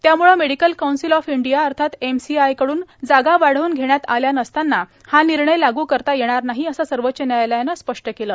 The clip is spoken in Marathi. त्यामुळं मेडिकल कौन्सिल ऑफ इंडियाश अर्थात एमसीआयकडून जागा वाढवून घेण्यात आल्या नसताना हा निर्णय लागू करता येणार नाही असं सर्वोच्च न्यायालयानं स्पष्ट केलं